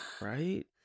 Right